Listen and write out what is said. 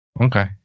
Okay